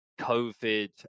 COVID